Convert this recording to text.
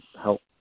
help